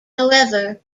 however